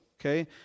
okay